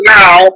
now